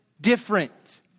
different